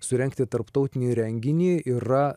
surengti tarptautinį renginį yra